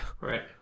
Right